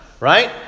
Right